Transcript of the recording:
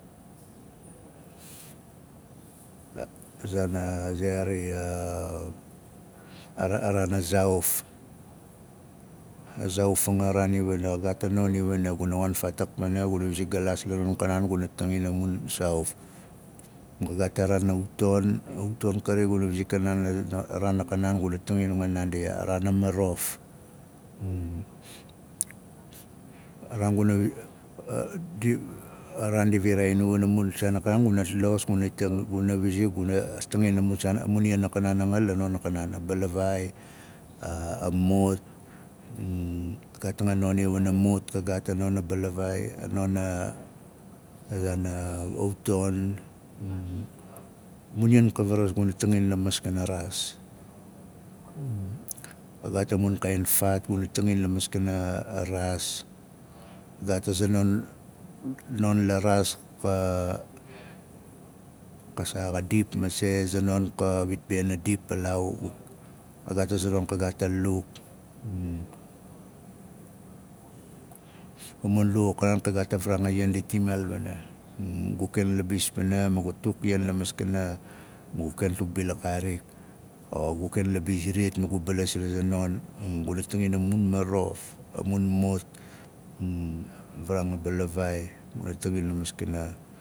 A k- a zaan a ze ari a raa- a raan a zaauf a zaauf anga a raan i wana xa gaat a non i wana guna waan faatak pana guna wizik galaas la non a kanaan guna tangin a mun saauf ka gaat a raan a uton a ton kari guna wizik kanaan laraa raan a kanaan guna tangin nanga la mun non a kanaan a balawaai a- a mut ka gaat anga a non iwana mut ka gaat a non a balavaai a non a zaan a- a zaan a- auton a mun ian ka varas guna tangin la maskana raas ka gaat a mun kaain faat guna tangin la maskang a raas ka gaat a zanon non la raas k- ka saa? Xa dip be a zanon kawit be na ndip palaau ka gaat azanon kagaat a luk a mun luxa naan ka gaat a mu varaanga ian di tingaal wana gu ken libis pana ma gut tuk ian la maskana ma gu ken tukbilak kaarik ogu ken libis iriyat ma gu balas la za non ma gu ken tangim a mun marof ma mun mut a varaangabalavaai guna tangin la maskana